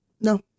no